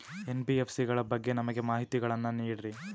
NBFC ಗಳ ಬಗ್ಗೆ ನಮಗೆ ಮಾಹಿತಿಗಳನ್ನ ನೀಡ್ರಿ?